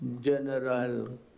general